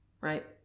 Right